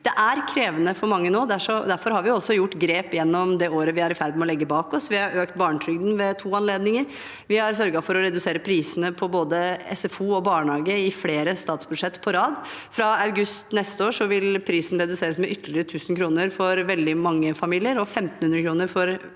Det er krevende for mange nå, derfor har vi også gjort grep gjennom det året vi er i ferd med å legge bak oss. Vi har økt barnetrygden ved to anledninger, vi har sørget for å redusere prisene på både SFO og barnehage i flere statsbudsjett på rad. Fra august neste år vil prisen reduseres med ytterligere 1 000 kr for veldig mange familier og 1 500 kr for